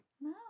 No